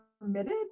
permitted